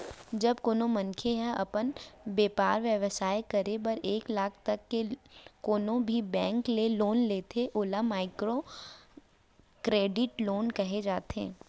जब कोनो मनखे ह अपन बेपार बेवसाय करे बर एक लाख तक के कोनो भी बेंक ले लोन लेथे ओला माइक्रो करेडिट लोन कहे जाथे